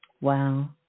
Wow